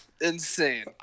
insane